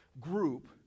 group